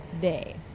day